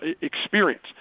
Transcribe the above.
experience